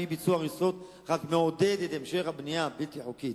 ואי-ביצוע ההריסות רק מעודד את המשך הבנייה הבלתי-חוקית.